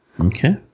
Okay